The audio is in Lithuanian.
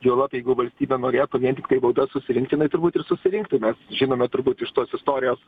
juolab jeigu valstybė norėtų vien tiktai baudas susirinkti jinai turbūt ir susirinktų mes žinome turbūt iš tos istorijos